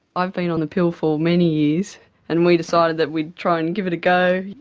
i'd been on the pill for many years and we decided that we'd try and give it a go,